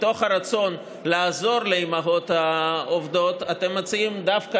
מתוך הרצון לעזור לאימהות העובדות אתם מציעים דווקא